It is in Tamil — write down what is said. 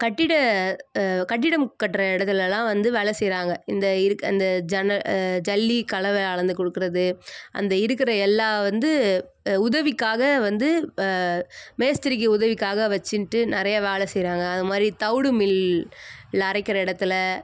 கட்டிடம் கட்டிடம் கட்டுற இடத்துலலாம் வந்து வேலை செய்கிறாங்க இந்த இருக்கிற இந்த ஜன்னல் ஜல்லி கலவை அளந்து கொடுக்குறது அந்த இருக்கிற எல்லாம் வந்து உதவிக்காக வந்து மேஸ்திரிக்கு உதவிக்காக வச்சிட்டு நிறையா வேலை செய்கிறாங்க அதுமாதிரி தவிடு மில்லில் அரைக்கிற இடத்துல